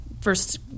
first